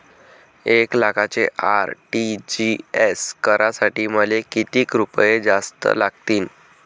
एक लाखाचे आर.टी.जी.एस करासाठी मले कितीक रुपये जास्तीचे लागतीनं?